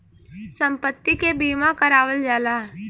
सम्पति के बीमा करावल जाला